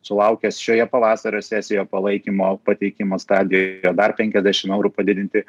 sulaukęs šioje pavasario sesijoje palaikymo pateikimo stadijoje dar penkiasdešim eurų padidinti